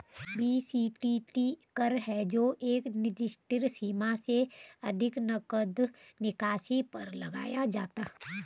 BCTT कर है जो एक निर्दिष्ट सीमा से अधिक नकद निकासी पर लगाया जाता है